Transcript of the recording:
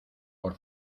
por